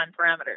parameters